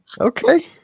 Okay